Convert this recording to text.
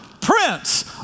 prince